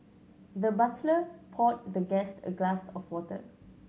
the butler poured the guest a glass of water